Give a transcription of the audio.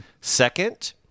Second